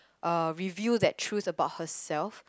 uh reveal that truth about herself